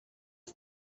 биз